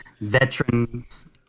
veterans